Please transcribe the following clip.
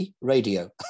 radio